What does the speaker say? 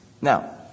Now